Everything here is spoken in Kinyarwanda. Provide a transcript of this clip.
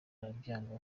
arabyanga